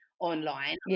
Online